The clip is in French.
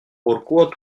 pourquoi